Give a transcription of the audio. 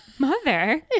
mother